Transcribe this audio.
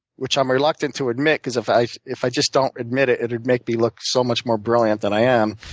which i'm reluctant to admit because if i if i just don't admit it, it would make me look so much more brilliant than i am,